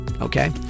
Okay